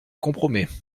compromet